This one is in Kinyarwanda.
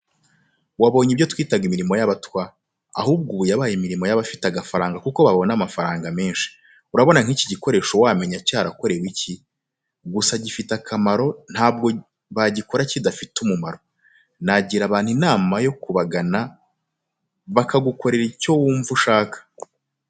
Wabonye ibyo twitaga imirimo y'abatwa, ahubwo ubu yabaye imirimo y'abafite agafaranga kuko babona amafaranga menshi. Urabona nk'iki gikoresho wamenya cyarakorewe iki? Gusa gifite akamaro ntabwo bagikora kidafite umumaro nagira abantu inama yo kubagana bakagukorera icyo wumva ushaka.